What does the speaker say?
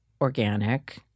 organic